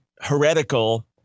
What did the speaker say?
heretical